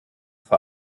vor